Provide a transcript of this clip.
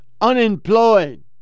unemployed